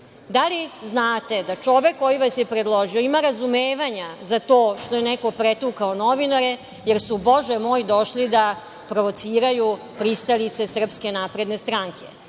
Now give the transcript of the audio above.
li znate da čovek koji vas je predložio ima razumevanja za to što je neko pretukao novinare, jer su bože moj, došli da provociraju pristalice SNS? Vi možda mislite